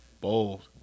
bold